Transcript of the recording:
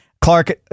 Clark